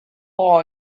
law